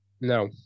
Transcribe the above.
No